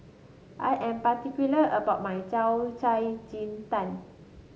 I am particular about my Yao Cai Ji Tang